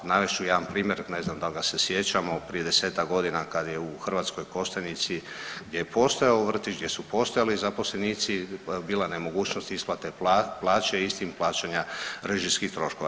Navest ću jedan primjer, ne znam da li ga se sjećamo, prije 10-ak godina kad je u Hrvatskoj Kostajnici gdje je postojao vrtić, gdje su postojali zaposlenici bila nemogućnost isplate plaća, istim plaćanja režijskih troškova.